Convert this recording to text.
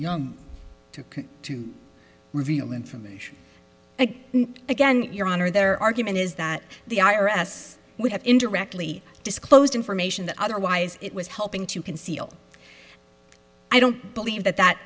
forced to reveal information again your honor their argument is that the i r s would have indirectly disclosed information that otherwise it was helping to conceal i don't believe that that